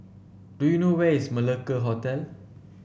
do you know where is Malacca Hotel